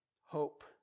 hope